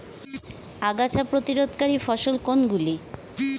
আগাছা প্রতিরোধকারী ফসল কোনগুলি?